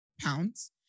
pounds